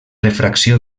refracció